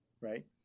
right